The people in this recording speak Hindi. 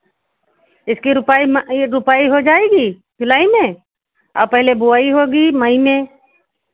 इसकी रोपाई ये रोपाई हो जाएगी जुलाई में पहले बुआई होगी मई में